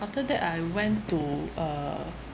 after that I went to uh